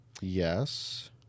Yes